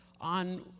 on